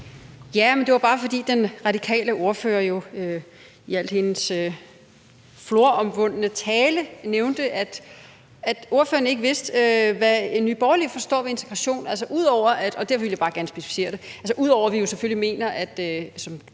(NB): Det var bare, fordi den radikale ordfører jo i hele sin floromvundne tale nævnte, at ordføreren ikke vidste, hvad Nye Borgerlige forstår ved integration, og derfor ville jeg gerne specificere det. Ud over at vi selvfølgelig mener – som